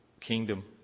kingdom